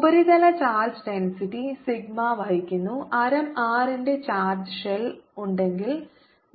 ഉപരിതല charge density sigma വഹിക്കുന്ന ആരം r ന്റെ ചാർജ്ജ് ഷെൽ ഉണ്ടെങ്കിൽ